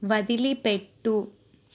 వదిలిపెట్టు